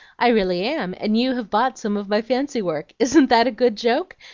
i really am, and you have bought some of my fancy-work. isn't that a good joke?